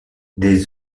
des